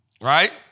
Right